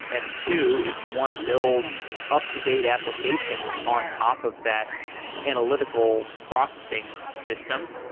and two, if you want to build up-to-date applications on top of that analytical processing system,